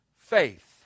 faith